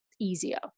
easier